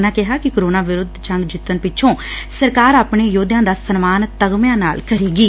ਉਨੁਾਂ ਕਿਹਾ ਕਿ ਕੋਰੈਨਾ ਵਿਰੁੱਧ ਜੰਗ ਜਿੱਤਣ ਪਿੱਛੋ ਸਰਕਾਰ ਆਪਣੇ ਜੋਧਿਆਂ ਦਾ ਸਨਮਾਨ ਤਗਮਿਆਂ ਨਾਲ ਕਰੇਗੀ